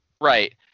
Right